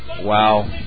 Wow